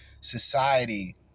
society